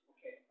Okay